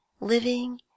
Living